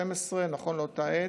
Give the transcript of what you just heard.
ב-2012, נכון לאותה עת,